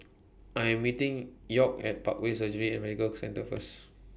I Am meeting York At Parkway Surgery and Medical Centre First